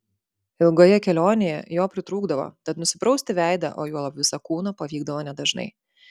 ilgoje kelionėje jo pritrūkdavo tad nusiprausti veidą o juolab visą kūną pavykdavo nedažnai